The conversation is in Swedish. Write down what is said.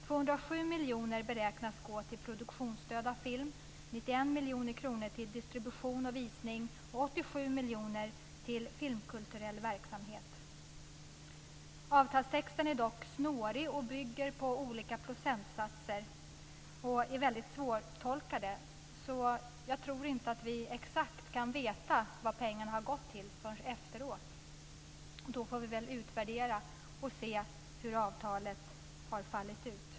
207 miljoner beräknas gå till produktionsstöd av film, 91 miljoner kronor till distribution och visning och 87 miljoner till filmkulturell verksamhet. Avtalstexten är dock snårig, bygger på olika procentsatser och är väldigt svårtolkad. Jag tror inte att vi kan veta exakt vad pengarna har gått till förrän efteråt. Då får vi utvärdera och se hur avtalet har fallit ut.